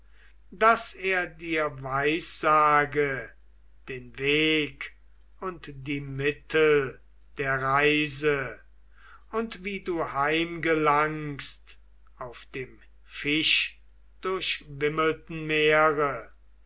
erhaschen er weissagte dir wohl den weg und die mittel der reise und wie du heimgelangst auf dem fischdurchwimmelten meere